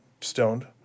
stoned